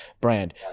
brand